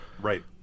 Right